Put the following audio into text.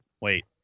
Wait